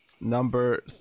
Number